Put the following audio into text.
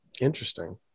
Interesting